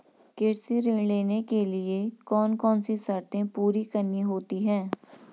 कृषि ऋण लेने के लिए कौन कौन सी शर्तें पूरी करनी होती हैं?